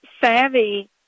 Savvy